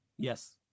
Yes